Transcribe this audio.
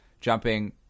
jumping